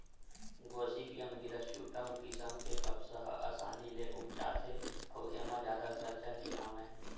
Gossypium hirsutum किसम के कपसा ह असानी ले उग जाथे अउ एमा जादा खरचा नइ आवय